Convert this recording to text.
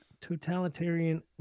totalitarian